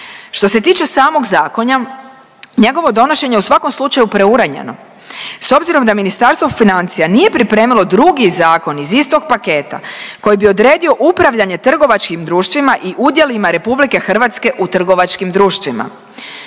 Što se tiče samog zakona njegovo donošenje je u svakom slučaju preuranjeno. S obzirom da Ministarstvo financija nije pripremilo drugi zakon iz istog paketa koji bi odredio upravljanje trgovačkim društvima i udjelima Republike Hrvatske u trgovačkim društvima.